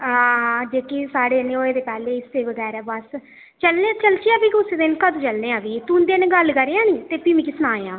हां जेह्की साढ़े नै होए दे पैह्लें हिस्से बगैरा बस चलने चलचै भी कुसै दिन कदूं चलने आं भी तू उं'दे नै गल्ल करेआं निं ते भी मिकी सनायां